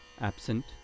absent